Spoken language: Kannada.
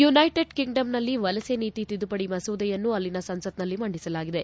ಯುನೈಟೆಡ್ ಕಿಂಗ್ಡಮ್ನಲ್ಲಿ ವಲಸೆ ನೀತಿ ತಿದ್ದುಪಡಿ ಮಸೂದೆಯನ್ನು ಅಲ್ಲಿನ ಸಂಸತ್ತಿನಲ್ಲಿ ಮಂಡಿಸಲಾಗಿದೆ